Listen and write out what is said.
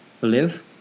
live